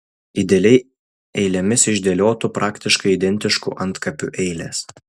idealiai eilėmis išdėliotų praktiškai identiškų antkapių eilės